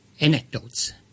anecdotes